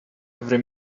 every